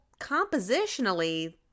compositionally